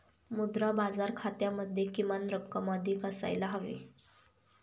मुद्रा बाजार खात्यामध्ये किमान रक्कम अधिक असायला हवी